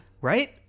right